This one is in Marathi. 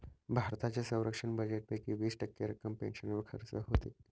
भारताच्या संरक्षण बजेटपैकी वीस टक्के रक्कम पेन्शनवर खर्च होते